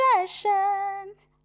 Obsessions